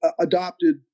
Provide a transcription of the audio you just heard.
adopted